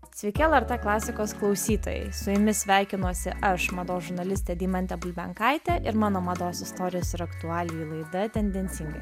sveiki lrt klasikos klausytojai su jumis sveikinuosi aš mados žurnalistė deimantė bulbenkaitė ir mano mados istorijos ir aktualijų laida tendencingai